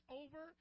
over